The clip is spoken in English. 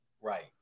right